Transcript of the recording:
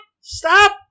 Stop